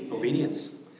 obedience